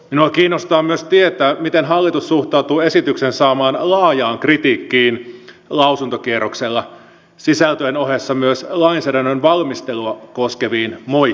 minua kiinnostaa myös tietää miten hallitus suhtautuu esityksen lausuntokierroksella saamaan laajaan kritiikkiin sisältöjen ohessa myös lainsäädännön valmistelua koskeviin moitteisiin